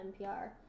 NPR